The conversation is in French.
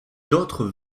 d’autres